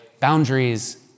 boundaries